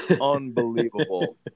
unbelievable